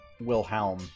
Wilhelm